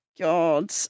God